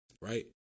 right